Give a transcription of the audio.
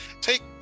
Take